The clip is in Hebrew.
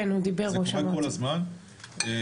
זה קורה כל הזמן- -- כן,